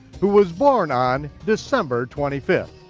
who was born on december twenty fifth.